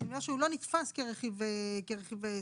כנראה שהוא לא נתפס כרכיב שכר.